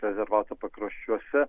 rezervato pakraščiuose